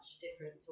different